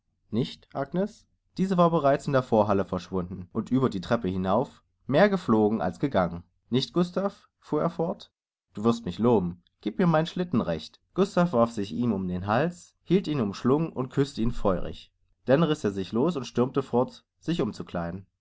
nicht agnes diese war bereits in der vorhalle verschwunden und über die treppe hinauf mehr geflogen als gegangen nicht gustav fuhr er fort du wirst mich loben gieb mir mein schlittenrecht gustav warf sich ihm um den hals hielt ihn umschlungen und küßte ihn feurig dann riß er sich los und stürmte fort sich